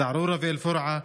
א-זערורה ואל-פורעה,